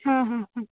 हा हा हा